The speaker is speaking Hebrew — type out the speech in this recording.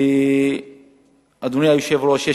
אדוני היושב-ראש,